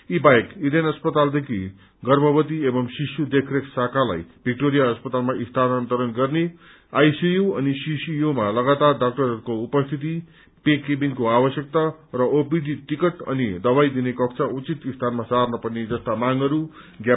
यी बाहेक इडेन अस्पतालदेखि गर्भवती एव शिशु देखरेख शाखालाई विक्टोरिया अस्पतालमा स्थानन्तरण गर्ने आईसीयू अनि सीसीयू मा लगातार डाक्टरहरूको उपस्थिति पे केविनको आवश्यक्ता र ओपीडी टीकट अनि दवाई दिने कक्ष उचित स्थानमा सार्न पर्ने जस्ता मांगहरू ज्ञापन पत्रमा उल्लेख गरिएका छन्